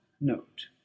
note